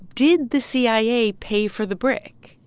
did the cia pay for the brick?